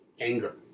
anger